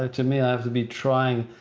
ah to me, i have to be trying,